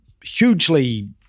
hugely